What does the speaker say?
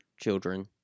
children